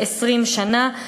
ל-20 שנה.